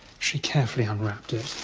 she carefully unwrapped it.